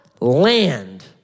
land